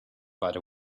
other